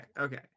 okay